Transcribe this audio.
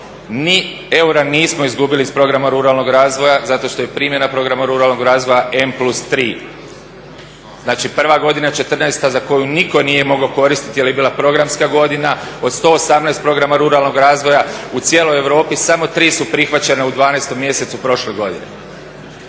Ni eura nismo izgubili iz programa ruralnog razvoja zato što je primjena programa ruralnog razvoja M+3. Znači, prva godina 2014. za koju nitko nije mogao koristiti jer je bila programska godina, od 118 programa ruralnog razvoja u cijeloj Europi samo tri su prihvaćena u 12. mjesecu prošle godine.